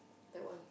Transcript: that one